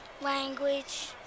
language